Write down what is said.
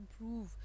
improve